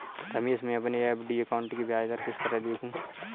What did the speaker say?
रमेश मैं अपने FD account की ब्याज दर किस तरह देखूं?